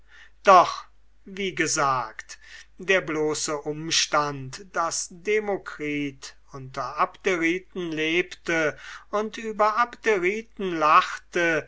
doch wie gesagt der bloße umstand daß demokritus unter abderiten lebte und über abderiten lachte